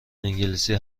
انگلیسی